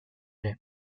ere